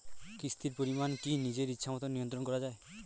কিস্তির পরিমাণ কি নিজের ইচ্ছামত নিয়ন্ত্রণ করা যায়?